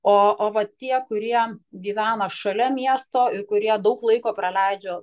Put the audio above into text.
o o va tie kurie gyvena šalia miesto ir kurie daug laiko praleidžia